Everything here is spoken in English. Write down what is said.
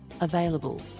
available